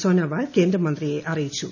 സോനോവാൾ കേന്ദ്രമന്ത്രിയെ അറിയിച്ചു